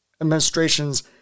administration's